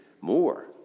more